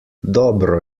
dobro